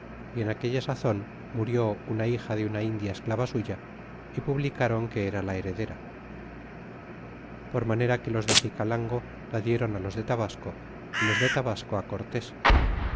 y en aquella sazon murió una hija de una india esclava suya y publicron que era la heredera por manera que los de xicalango la dieron los de tabasco y los de tabasco cortes